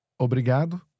Obrigado